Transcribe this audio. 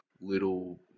little